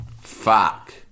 Fuck